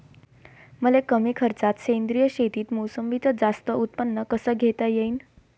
मले कमी खर्चात सेंद्रीय शेतीत मोसंबीचं जास्त उत्पन्न कस घेता येईन?